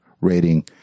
rating